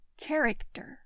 character